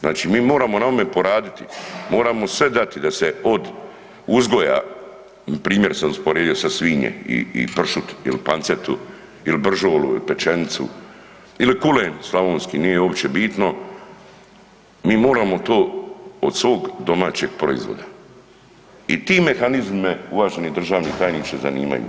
Znači moramo na ovome poraditi, moramo sve dati da se od uzgoja, primjer sam usporedio sa svinje i pršut il pancetu il bržolu il pečenicu ili kulen slavonski nije uopće bitno, mi moramo to od svog domaćeg proizvoda i ti mehanizmi me uvaženi državni tajniče zanimaju.